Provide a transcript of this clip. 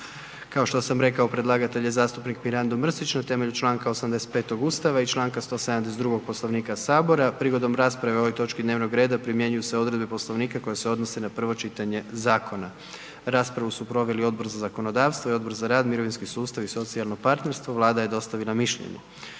kao što sam rekao, predlagatelj je zastupnik Mirando Mrsić na temelju čl. 85. Ustava i čl. 172. Poslovnika Sabora. Prigodom rasprave o ovoj točki dnevnog reda primjenjuju se odredbe Poslovnika koje se odnose na prvo čitanje zakona. raspravu su proveli Odbor za zakonodavstvo i Odbor za rad, mirovinski sustav i socijalno partnerstvo. Vlada je dostavila mišljenje.